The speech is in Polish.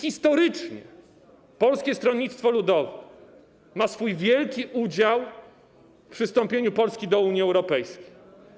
Historycznie Polskie Stronnictwo Ludowe ma swój wielki udział w przystąpieniu Polski do Unii Europejskiej.